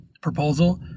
proposal